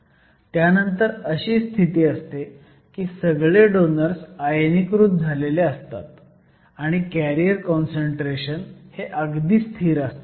त्यानंतर अशी स्थिती असते की सगळे डोनर्स आयनीकृत झालेले असतात आणि कॅरियर काँसंट्रेशन हे अगदी स्थिर असतं